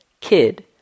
Kid